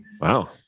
Wow